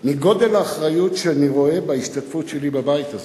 מגודל האחריות שאני רואה בהשתתפות שלי בבית הזה.